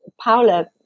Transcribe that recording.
Paula